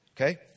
Okay